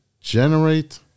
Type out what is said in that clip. generate